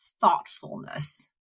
thoughtfulness